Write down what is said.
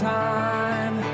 time